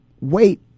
wait